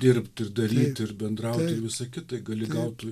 dirbt ir daryt ir bendraut ir visa kita gali gaut